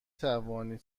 توانید